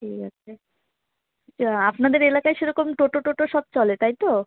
ঠিক আছে আপনাদের এলাকায় সেরকম টোটো টোটো সব চলে তাই তো